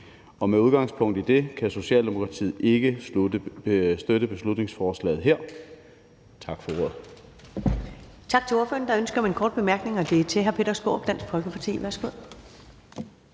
Med udgangspunkt i det kan Socialdemokratiet ikke støtte beslutningsforslaget her. Tak for ordet.